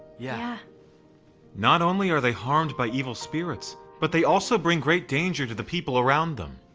yeah not only are they harmed by evil spirits, but they also bring great danger to the people around them.